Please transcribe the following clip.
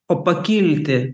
o pakilti